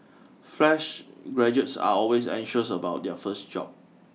fresh graduates are always anxious about their first job